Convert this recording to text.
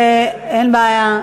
אין בעיה.